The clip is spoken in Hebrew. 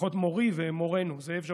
לפחות מורי ומורנו, זאב ז'בוטינסקי,